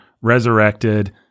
resurrected